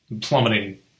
plummeting